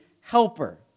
helper